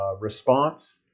response